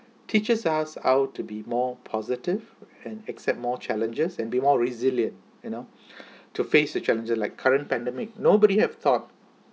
teaches us how to be more positive and accept more challenges and be more resilient you know to face the challenger like current pandemic nobody have thought